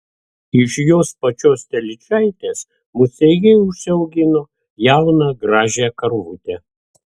iš jos pačios telyčaitės musteikiai užsiaugino jauną gražią karvutę